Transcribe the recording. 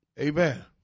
Amen